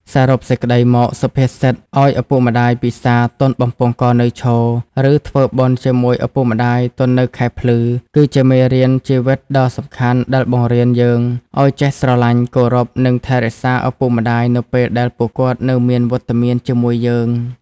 សរុបសេចក្ដីមក សុភាសិត ឲ្យឪពុកម្តាយពិសារ ទាន់បំពង់ករនៅឈរ ឬ ធ្វើបុណ្យជាមួយឪពុកម្តាយទាន់នៅខែភ្លឺ គឺជាមេរៀនជីវិតដ៏សំខាន់ដែលបង្រៀនយើងឲ្យចេះស្រឡាញ់ គោរព និងថែរក្សាឪពុកម្តាយនៅពេលដែលពួកគាត់នៅមានវត្តមានជាមួយយើង។